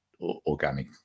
organic